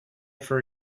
for